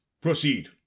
proceed